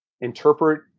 interpret